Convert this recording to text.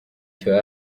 cyo